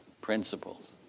principles